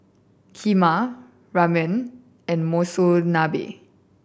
Kheema Ramen and Monsunabe